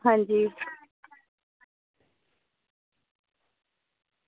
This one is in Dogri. आं जी